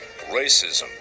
racism